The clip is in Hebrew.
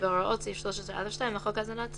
והוראות סעיף 13(א)(2) לחוק האזנת סתר,